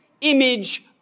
image